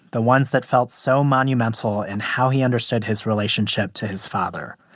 the ones that felt so monumental and how he understood his relationship to his father.